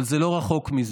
אבל זה לא רחוק מזה.